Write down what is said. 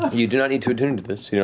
you do not need to attune to this. yeah